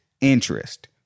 interest